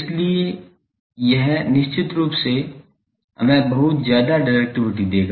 इसलिए यह निश्चित रूप से हमें बहुत ज्यादा डाइरेक्टिविटी देगा